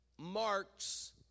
marks